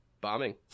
bombing